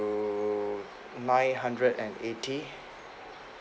to nine hundred and eighty